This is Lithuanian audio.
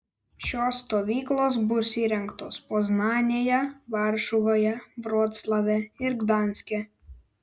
šios stovyklos bus įrengtos poznanėje varšuvoje vroclave ir gdanske